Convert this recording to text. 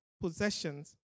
possessions